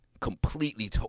completely